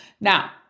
Now